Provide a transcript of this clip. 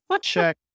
check